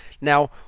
Now